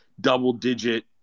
double-digit